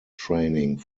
training